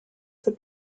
ses